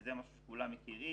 שזה משהו שכולם מכירים.